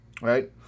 right